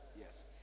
Yes